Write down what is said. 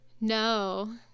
No